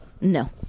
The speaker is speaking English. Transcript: No